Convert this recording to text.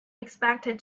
expected